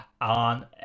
on